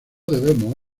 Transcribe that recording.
debemos